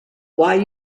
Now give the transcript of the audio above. why